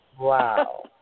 Wow